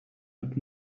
but